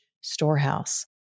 storehouse